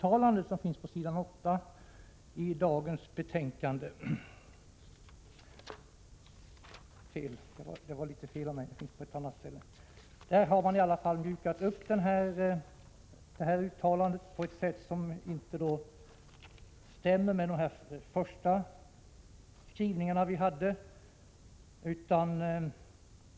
I den slutliga versionen har man mjukat upp detta uttalande på ett sätt som inte stämmer med den första skrivningen.